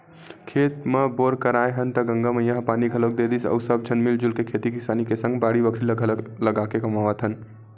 खेत म बोर कराए हन त गंगा मैया ह पानी घलोक दे दिस अउ सब झन मिलजुल के खेती किसानी के सग बाड़ी बखरी ल घलाके कमावत हन